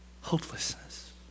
hopelessness